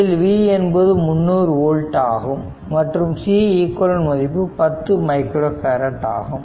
இதில் v என்பது 300 volt ஆகும் மற்றும் Ceq மதிப்பு 10 மைக்ரோ பேரட் ஆகும்